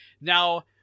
Now